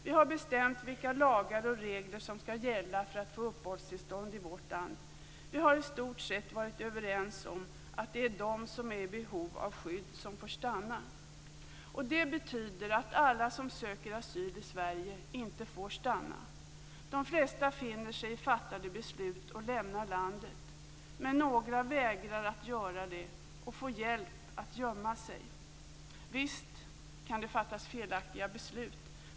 Vi har bestämt vilka lagar och regler som skall gälla för att få uppehållstillstånd i vårt land. Vi har i stort sett varit överens om att det är de som är i behov av skydd som får stanna. Det betyder att alla som söker asyl i Sverige inte får stanna. De flesta finner sig i fattade beslut och lämnar landet. Men några vägrar att göra det och får hjälp att gömma sig. Visst kan det fattas felaktiga beslut.